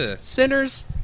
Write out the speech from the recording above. sinners